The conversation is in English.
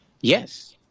Yes